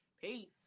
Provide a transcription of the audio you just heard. peace